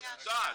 זה בוטל.